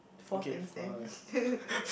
four things then